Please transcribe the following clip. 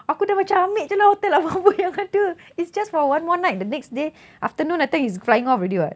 aku dah macam ambil jer lah hotel apa yang ada it's just for one more night the next day afternoon that time he's flying off already [what]